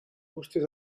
bústies